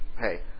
Hey